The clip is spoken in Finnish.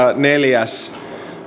neljäs